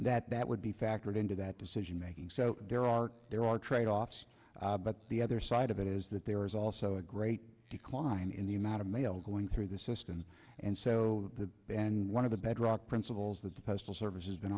that that would be factored into that decision making so there are there are tradeoffs but the other side of it is that there is also a great decline in the amount of mail going through the system and so the then one of the bedrock principles that the postal service has been